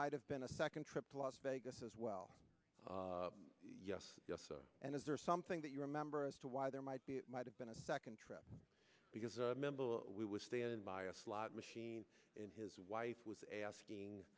might have been a second trip to las vegas as well and is there something that you remember as to why there might be it might have been a second trip because we were standing by a slot machine and his wife was asking